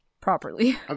properly